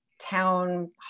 town